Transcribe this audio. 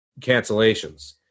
cancellations